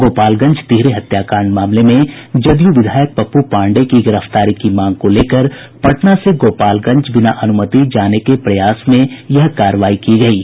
गोपालगंज तिहरे हत्याकांड मामले में जदयू विधायक पप्पू पाण्डेय की गिरफ्तारी की मांग को लेकर पटना से गोपालगंज बिना अनुमति जाने को प्रयास में यह कार्रवाई की गयी है